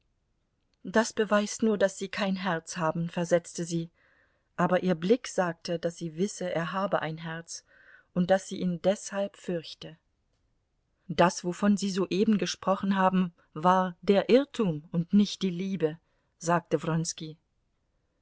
das beweist nur daß sie kein herz haben versetzte sie aber ihr blick sagte daß sie wisse er habe ein herz und daß sie ihn deshalb fürchte das wovon sie soeben gesprochen haben war der irrtum und nicht die liebe sagte